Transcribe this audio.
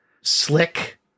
slick